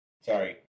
Sorry